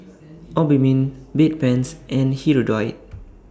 Obimin Bedpans and Hirudoid